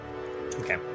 Okay